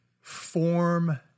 form